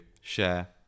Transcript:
share